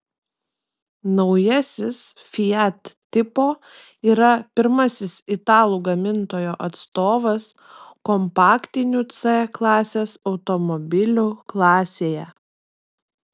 naujasis fiat tipo yra pirmasis italų gamintojo atstovas kompaktinių c klasės automobilių klasėje